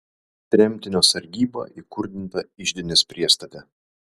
tremtinio sargyba įkurdinta iždinės priestate